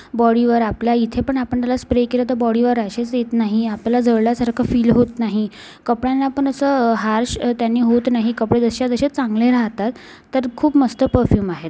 बॉडीवर आपल्या इथे पण आपण जरा स्प्रे केला तर बॉडीवर रॅशेस येत नाही आपलं जळल्यासारखं फील होत नाही कपड्यांना पण असं हार्श त्याने होत नाही कपडे जसेच्या तसे चांगले राहतात तर खूप मस्त परफ्यूम आहे ते